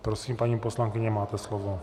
Prosím, paní poslankyně, máte slovo.